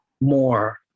more